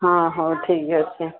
ହଁ ହଉ ଠିକ୍ ଅଛି